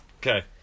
Okay